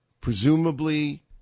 presumably